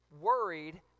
worried